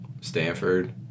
Stanford